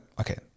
okay